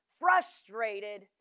frustrated